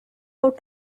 out